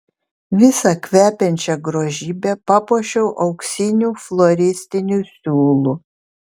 visą kvepiančią grožybę papuošiau auksiniu floristiniu siūlu